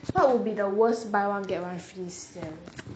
what would be the worst buy one get one free sale